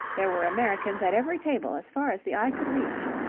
there were americans at every table as far as the eye could reach.